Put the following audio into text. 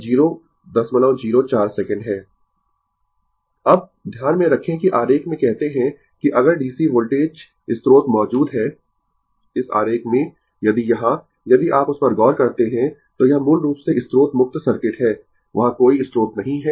Refer Slide Time 0830 अब ध्यान में रखें कि आरेख में कहते है कि अगर DC वोल्टेज स्रोत मौजूद है इस आरेख में यदि यहां यदि आप उस पर गौर करते है तो यह मूल रूप से स्रोत मुक्त सर्किट है वहाँ कोई स्रोत नहीं है